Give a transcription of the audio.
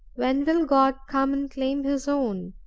when will god come and claim his own?